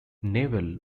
newell